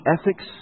ethics